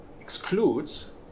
excludes